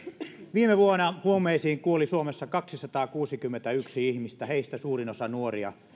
viime vuonna huumeisiin kuoli suomessa kaksisataakuusikymmentäyksi ihmistä heistä suurin osa nuoria